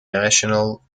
national